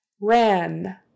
ran